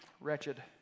wretched